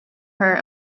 her